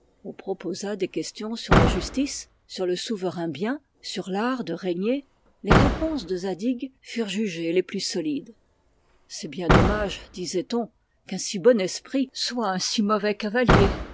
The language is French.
on proposa des questions sur la justice sur le souverain bien sur l'art de régner les réponses de zadig furent jugées les plus solides c'est bien dommage disait-on qu'un si bon esprit soit un si mauvais cavalier